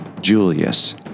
Julius